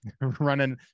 running